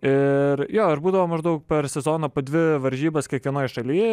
ir jo ir būdavo maždaug per sezoną po dvi varžybas kiekvienoj šaly